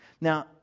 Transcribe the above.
Now